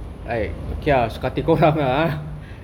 I guess sceptical help lah